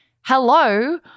hello